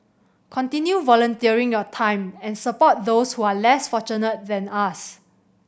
continue volunteering your time and support those who are less fortunate than us